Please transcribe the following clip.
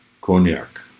Cognac